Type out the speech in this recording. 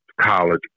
college